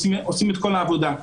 עושים את כל העבודה.